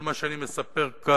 כל מה שאני מספר כאן.